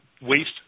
waste